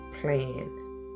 plan